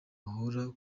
bahorana